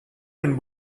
and